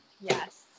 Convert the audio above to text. yes